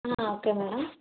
okay madam